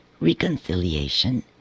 reconciliation